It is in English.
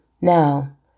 Now